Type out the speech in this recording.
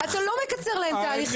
אתה לא מקצר להם תהליכים.